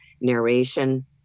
narration